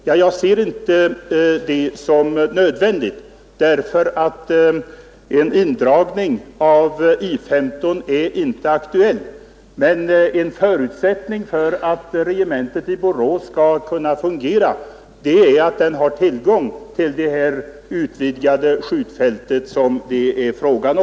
Jag anser inte att det är nödvändigt eftersom en indragning av I 15 inte är aktuell. Men en förutsättning för att regementet i Borås skall kunna fungera är att det har tillgång till det utvidgade skjutfält som vi diskuterar.